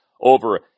over